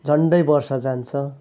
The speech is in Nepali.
झन्डै वर्ष जान्छ